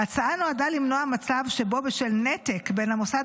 ההצעה נועדה למנוע מצב שבו בשל נתק בין המוסד